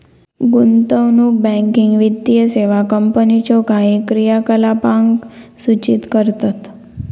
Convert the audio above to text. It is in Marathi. गुंतवणूक बँकिंग वित्तीय सेवा कंपनीच्यो काही क्रियाकलापांक सूचित करतत